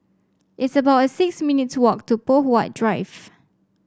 it's about six minutes' walk to Poh Huat Drive